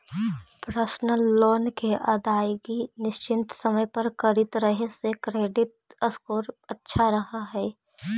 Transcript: personal loan के अदायगी निश्चित समय पर करित रहे से क्रेडिट स्कोर अच्छा रहऽ हइ